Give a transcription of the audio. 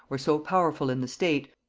or so powerful in the state,